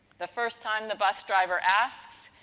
the first time the bus driver asks,